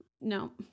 No